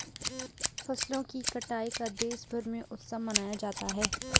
फसलों की कटाई का देशभर में उत्सव मनाया जाता है